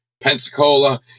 Pensacola